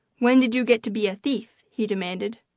when did you get to be a thief? he demanded.